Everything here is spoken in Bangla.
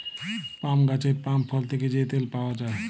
পাম গাহাচের পাম ফল থ্যাকে যে তেল পাউয়া যায়